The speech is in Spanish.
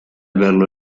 verlo